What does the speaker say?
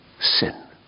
sin